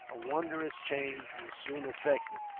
a wondrous change was soon effected.